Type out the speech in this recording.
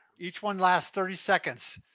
each one lasts thirty seconds.